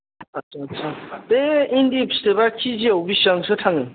आथ्सा आथ्सा बे इन्दि फिथोबा कि जिआव बिसिबांसो थाङो